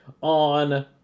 on